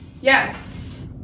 Yes